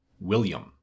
William